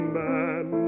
man